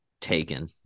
taken